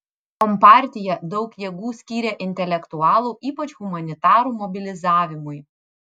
kompartija daug jėgų skyrė intelektualų ypač humanitarų mobilizavimui